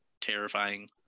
terrifying